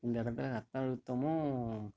இந்த கட்ட ரத்த அழுத்தமும்